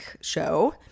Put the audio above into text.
show